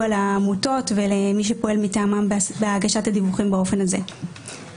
לעמותות ולמי שפועל מטעמן בהגשת הדיווחים באופן הזה.